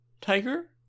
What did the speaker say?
Tiger